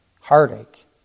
Heartache